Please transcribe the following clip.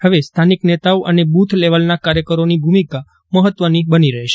હવે સ્થાનિક નેતાઓ અને બુથ લેવલના કાર્યકરોની ભૂમિકા મહત્વની બની રહેશે